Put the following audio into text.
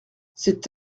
c’est